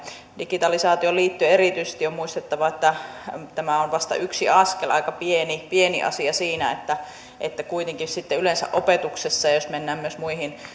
digitalisaatioon liittyen erityisesti on muistettava että tämä on vasta yksi askel aika pieni pieni asia siinä kuitenkin sitten yleensä opetuksessa jos mennään myös muihin